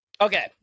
Okay